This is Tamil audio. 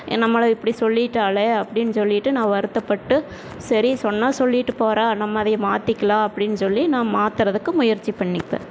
நம்மளை இப்படி சொல்லிவிட்டாளே அப்படின்னு சொல்லிவிட்டு நான் வருத்தப்பட்டு சரி சொன்னால் சொல்லிவிட்டுப் போகிறா நம்ம அதையும் மாற்றிக்கலாம் அப்படின்னு சொல்லி நான் மாற்றறதுக்கு முயற்சி பண்ணிப்பேன்